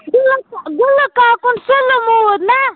گُلہٕ گُلہٕ کاکُن سُلہٕ موٗد نا